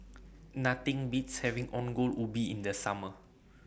Nothing Beats having Ongol Ubi in The Summer